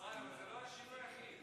ישראל, אבל זה לא השינוי היחיד.